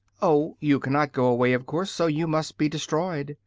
oh, you cannot go away, of course so you must be destroyed,